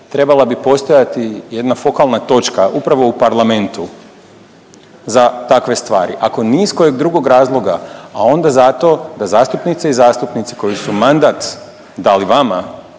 Trebala bi postojati jedna fokalna točka upravo u parlamentu za takve stvari, ako ni iz kojeg drugog razloga, a onda zato da zastupnice i zastupnici koji su mandat dali vama